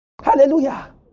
Hallelujah